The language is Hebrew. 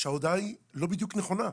כשההודעה היא לא בדיוק נכונה.